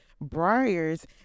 briars